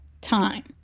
time